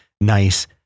nice